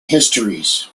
histories